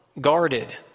guarded